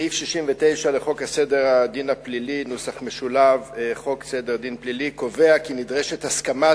סעיף 69 לחוק סדר הדין הפלילי קובע כי נדרשת הסכמת